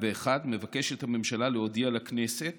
התש"סא 2001, מבקשת הממשלה להודיע לכנסת